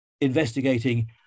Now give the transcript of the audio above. investigating